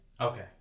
Okay